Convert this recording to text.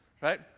right